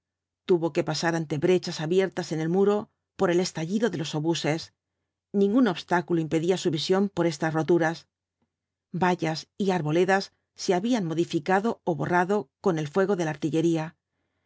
tuvo que pasar ante brechas abiertas en el muro por el estallido de los obuses ningún obstáculo impedía su visión por estas roturas vallas y arboledas se habían modificado ó borrado con el fuego de la artillería